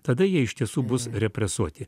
tada jie iš tiesų bus represuoti